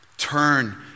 Turn